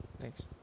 Thanks